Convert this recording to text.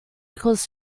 equals